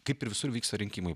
kaip ir visur vyksta rinkimai